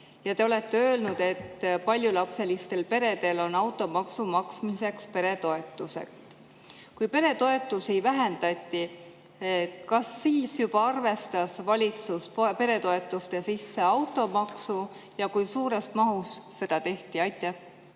Te olete öelnud, et paljulapselistel peredel on automaksu maksmiseks peretoetused. Kui peretoetusi vähendati, kas juba siis arvestas valitsus peretoetuste sisse automaksu ja kui suures mahus? Aitäh!